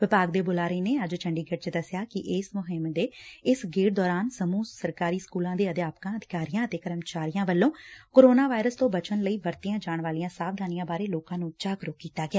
ਵਿਭਾਗ ਦੇ ਬੁਲਾਰੇ ਨੇ ਅੱਜ ਚੰਡੀਗਤ੍ਤ ਚ ਦਸਿਆ ਕਿ ਇਸ ਮੁਹਿੰਮ ਦੇ ਇਸ ਗੇੜ ਦੌਰਾਨ ਸਮੁਹ ਸਰਕਾਰੀ ਸਕੁਲਾਂ ਦੇ ਅਧਿਆਪਕਾਂ ਅਧਿਕਾਰੀਆਂ ਅਤੇ ਕਰਮਚਾਰੀਆਂ ਵੱਲੋਂ ਕੋਰੋਨਾ ਵਾਇਰਸ ਤੋਂ ਬਚਣ ਲਈ ਵਰਤੀਆਂ ਜਾਣ ਵਾਲੀਆਂ ਸਾਵਧਾਨੀਆਂ ਬਾਰੇ ਲੋਕਾਂ ਨੂੰ ਜਾਗਰੁਕ ਕੀਤਾ ਗਿਆ